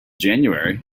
january